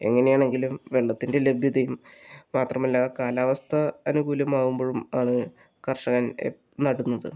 എങ്ങനെ ആണെങ്കിലും വെള്ളത്തിൻ്റെ ലഭ്യതയും മാത്രമല്ല കാലാവസ്ഥ അനുകൂലമാകുമ്പോഴും ആണ് കർഷകൻ നടുന്നത്